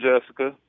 Jessica